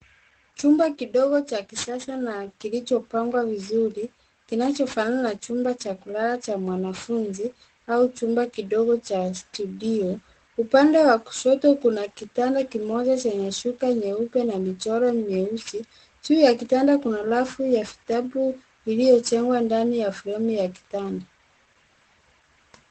Chumba kidogo cha kisaa na kilicho pangwa vizuri. Kinachofanana na chumba cha kulala cha mwanafunzi au chumba kidogo cha studio. Upande wa kushoto kuna kitanda kimoja chenye shuka nyeupe na michoro mieusi. Juu ya kitanda kuuna rafu ya vitabu iliyojengwa ndani ya fremu ya kitanda.